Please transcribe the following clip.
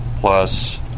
plus